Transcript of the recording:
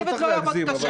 הצוות לא יעבוד קשה.